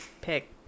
pick